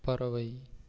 பறவை